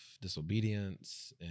disobedience